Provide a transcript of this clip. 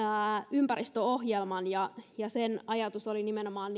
ympäristöohjelman ja ja sen ajatus oli nimenomaan